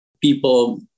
People